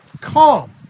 calm